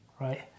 right